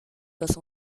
das